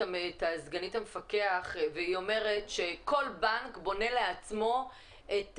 סגנית המפקח והיא אומרת שכל בנק בונה לעצמו את